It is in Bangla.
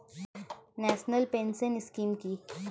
ন্যাশনাল পেনশন স্কিম কি?